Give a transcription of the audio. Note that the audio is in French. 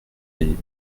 les